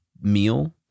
meal